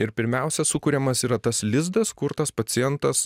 ir pirmiausia sukuriamas yra tas lizdas kur tas pacientas